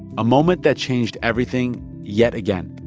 a moment that changed everything yet again.